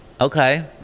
Okay